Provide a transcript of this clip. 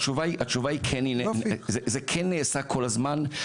התשובה היא כן, זה כן נעשה כל הזמן.